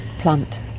plant